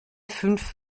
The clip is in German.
fünf